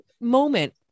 moment